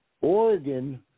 Oregon